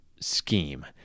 scheme